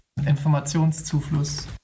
Informationszufluss